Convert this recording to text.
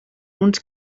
uns